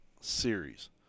Series